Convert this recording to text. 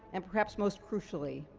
and perhaps most crucially,